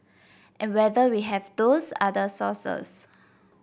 and whether we have those other sources